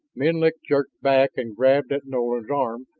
menlik jerked back and grabbed at nolan's arm,